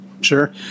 Sure